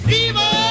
Fever